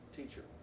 Teacher